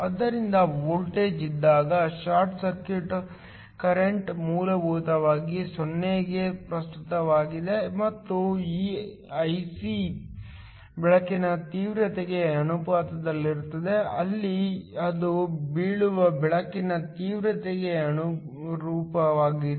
ಆದ್ದರಿಂದ ವೋಲ್ಟೇಜ್ ಇದ್ದಾಗ short circuit current ಮೂಲಭೂತವಾಗಿ 0 ಕೆ ಪ್ರಸ್ತುತವಾಗಿದೆ ಮತ್ತು Isc ಬೆಳಕಿನ ತೀವ್ರತೆಗೆ ಅನುಪಾತದಲ್ಲಿರುತ್ತದೆ ಅಲ್ಲಿ ಅದು ಬೀಳುವ ಬೆಳಕಿನ ತೀವ್ರತೆಗೆ ಅನುರೂಪವಾಗಿದೆ